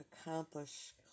accomplish